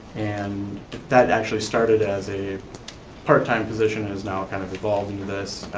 and that actually started as a part-time position. it has now kind of evolved into this,